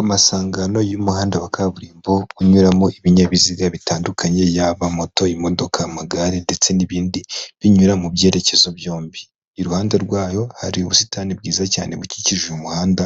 Amasangano y'umuhanda wa kaburimbo, uri kunyuramo ibinyabiziga bitandukanye, yaba moto, imodoka amagare ndetse n'ibindi binyura mu byerekezo byombi, iruhande rwayo hari ubusitani bwiza cyane bukikije umuhanda,